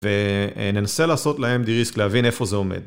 וננסה לעשות להם די ריסק להבין איפה זה עומד.